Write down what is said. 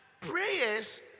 Prayers